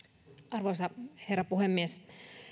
arvoisa herra puhemies myös